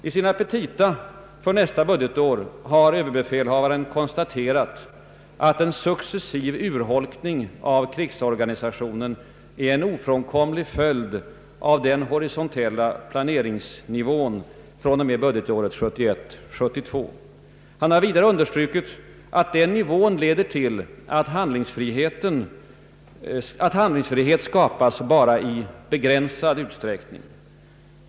I sina petita för nästa budgetår har överbefälhavaren konstaterat att en successiv urholkning av krigsorganisationen är en ofrånkomlig följd av den horisontella planeringsnivån från och med budgetåret 1971/72. Han har vidare understrukit att den nivån leder till att handlingsfrihet skapas bara ”i begränsad utsträckning”.